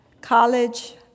college